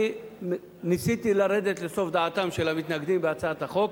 אני ניסיתי לרדת לסוף דעתם של המתנגדים בהצעת החוק.